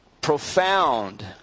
profound